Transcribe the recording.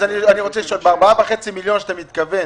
אתה מתכוון